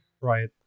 Right